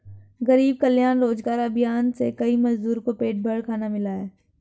गरीब कल्याण रोजगार अभियान से कई मजदूर को पेट भर खाना मिला है